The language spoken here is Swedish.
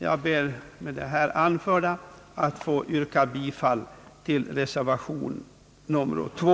Jag ber med det anförda att få yrka bifall till reservation 2.